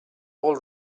all